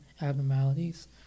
abnormalities